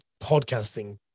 podcasting